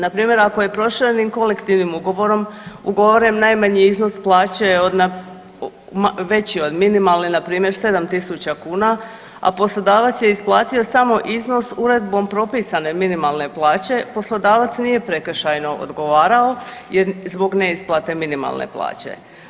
Npr. ako je proširenim kolektivnim ugovorom ugovoren najmanji iznos plaće veći od minimalne npr. 7.000 kuna, a poslodavac je isplatio samo iznos uredbom propisane minimalne plaće, poslodavac nije prekršajno odgovore zbog neisplate minimalne plaće.